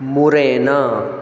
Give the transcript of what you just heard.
Morena